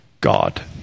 God